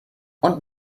und